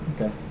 Okay